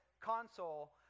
console